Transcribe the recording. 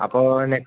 അപ്പോ നെക്സ്റ്റ്